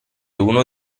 uno